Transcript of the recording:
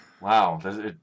Wow